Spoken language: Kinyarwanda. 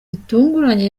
bitunguranye